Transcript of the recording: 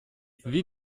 wie